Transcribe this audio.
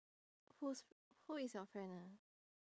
who's who is your friend ah